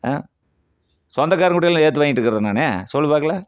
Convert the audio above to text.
ஆ சொந்தகாரவங்க கிட்டலாம் ஏத்து வாங்கிட்ருக்கிறதா நான் சொல்லு பார்க்கலாம்